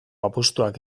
apustuak